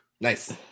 Nice